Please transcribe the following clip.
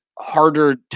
Harder